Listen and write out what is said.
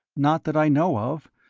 not that i know of.